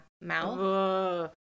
mouth